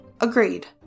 agreed